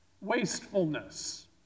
wastefulness